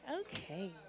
Okay